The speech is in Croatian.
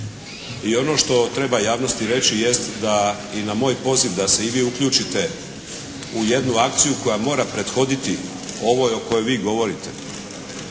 I ono što treba javnosti reći jest da i na moj poziv da se i vi uključite u jednu akciju koja mora prethodnici ovoj o kojoj vi govorite